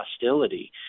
hostility